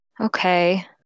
Okay